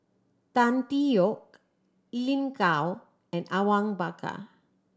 Tan Tee Yoke Lin Gao and Awang Bakar